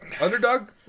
underdog